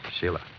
Sheila